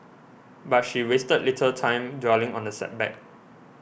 but she wasted little time dwelling on the setback